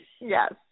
yes